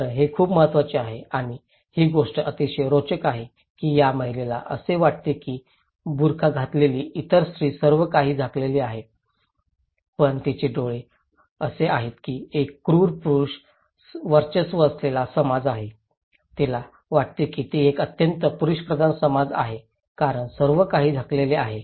बरं हे खूप महत्वाचं आहे आणि ही गोष्ट अतिशय रोचक आहे की या महिलेला असे वाटते की बुरखा घातलेली इतर स्त्री सर्व काही झाकलेली आहे पण तिचे डोळे असे आहेत की एक क्रूर पुरुष वर्चस्व असलेला समाज आहे तिला वाटते की ती एक अत्यंत पुरुषप्रधान समाज आहे कारण सर्व काही झाकलेले आहे